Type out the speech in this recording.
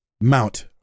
Mount